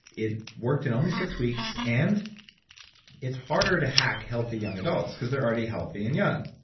it worked in only six weeks and it's harder to hack healthy young adults because they're already healthy and young.